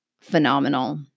phenomenal